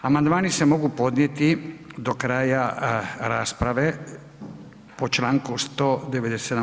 Amandmani se mogu podnijeti do kraja rasprave po čl. 197.